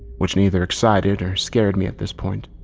which neither excited or scared me at this point.